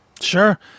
Sure